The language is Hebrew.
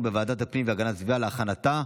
לוועדת הפנים והגנת הסביבה נתקבלה.